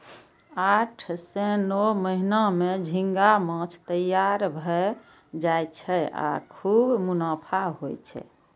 आठ सं नौ महीना मे झींगा माछ तैयार भए जाय छै आ खूब मुनाफा होइ छै